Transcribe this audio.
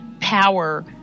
power